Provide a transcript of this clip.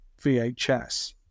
VHS